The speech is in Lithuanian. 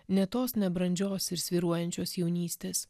ne tos nebrandžios ir svyruojančios jaunystės